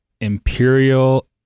Imperial